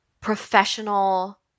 professional